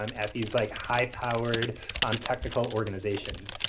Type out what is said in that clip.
um at these like high-powered um technical organizations.